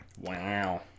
Wow